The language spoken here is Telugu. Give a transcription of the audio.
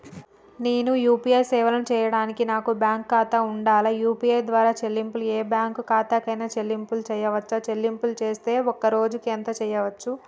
నేను యూ.పీ.ఐ సేవలను చేయడానికి నాకు బ్యాంక్ ఖాతా ఉండాలా? యూ.పీ.ఐ ద్వారా చెల్లింపులు ఏ బ్యాంక్ ఖాతా కైనా చెల్లింపులు చేయవచ్చా? చెల్లింపులు చేస్తే ఒక్క రోజుకు ఎంత చేయవచ్చు?